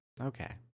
Okay